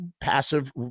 passive